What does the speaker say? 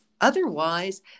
Otherwise